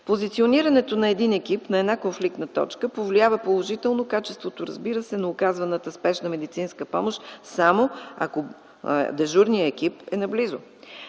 Позиционирането на един екип на една конфликтна точка повлиява положително качеството, разбира се, на оказаната спешна медицинска помощ, само, ако дежурният екип е наблизо.